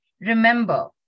remember